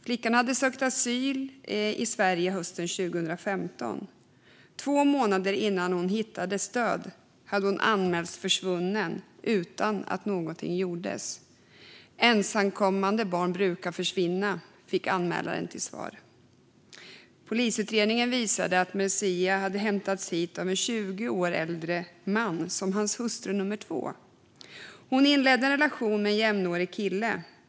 Flickan hade sökt asyl i Sverige hösten 2015. Två månader innan hon hittades död hade hon anmälts försvunnen utan att något gjordes. Ensamkommande barn brukar försvinna, fick anmälaren till svar. Polisutredningen visade att Marzieh hade hämtats hit av en 20 år äldre man, som hans hustru nummer två. Hon inledde en relation med en jämnårig kille.